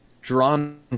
drawn